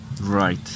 Right